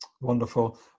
Wonderful